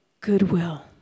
Goodwill